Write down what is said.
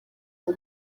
uwo